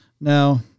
Now